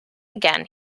again